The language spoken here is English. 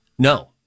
No